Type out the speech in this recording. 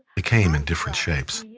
they came in different shapes.